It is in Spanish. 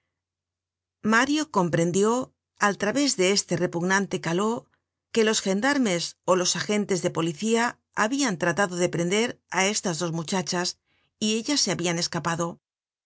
mario comprendió al través de este repugnante caló que los gendarmes ó los agentes de policía habian tratado de prender á estas dos muchachas y ellas se habian escapado